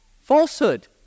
falsehood